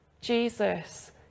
Jesus